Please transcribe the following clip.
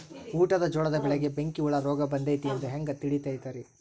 ಊಟದ ಜೋಳದ ಬೆಳೆಗೆ ಬೆಂಕಿ ಹುಳ ರೋಗ ಬಂದೈತಿ ಎಂದು ಹ್ಯಾಂಗ ತಿಳಿತೈತರೇ?